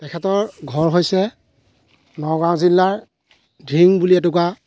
এখেতৰ ঘৰ হৈছে নগাঁও জিলাৰ ধিং বুলি এটুকুৰা